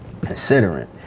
considering